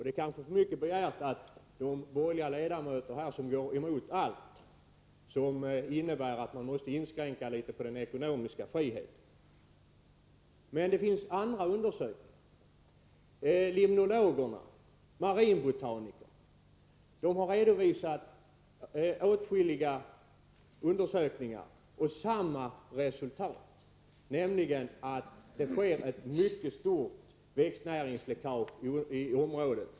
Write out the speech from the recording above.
Det är kanske för mycket begärt att de borgerliga ledamöterna, som går emot allt som innebär att man måste inskränka litet på den ekonomiska friheten, skall acceptera vad som står i den. Men det finns andra undersökningar. Limnologerna — marinbotanikerna — har redovisat åtskilliga undersökningar med samma resultat, nämligen att det sker ett mycket stort växtnäringsläckage i området.